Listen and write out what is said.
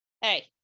Hey